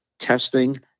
testing